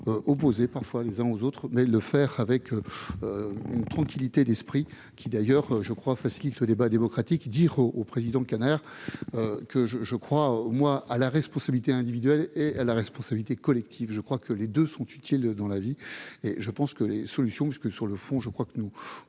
opposés parfois les uns aux autres, mais le faire avec une tranquillité d'esprit, qui d'ailleurs, je crois, enfin ce qu'il se débat démocratique dire au président que je je crois moi à la responsabilité individuelle et la responsabilité collective, je crois que les 2 sont utiles dans la vie et je pense que les solutions parce que sur le fond, je crois que nous